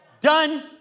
done